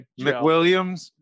McWilliams